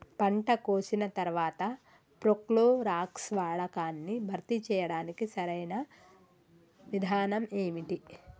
పంట కోసిన తర్వాత ప్రోక్లోరాక్స్ వాడకాన్ని భర్తీ చేయడానికి సరియైన విధానం ఏమిటి?